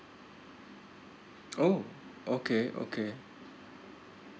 oh okay okay